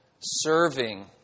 serving